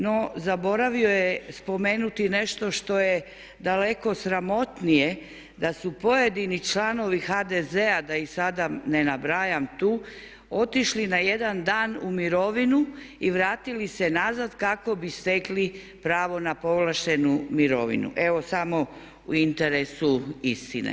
No zaboravio je spomenuti nešto što je daleko sramotnije da su pojedini članovi HDZ-a da ih sada ne nabrajam tu otišli na jedan dan u mirovinu i vratili se nazad kako bi stekli pravo na povlaštenu mirovinu, evo samo u interesu istine.